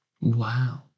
Wow